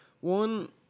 one